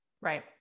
Right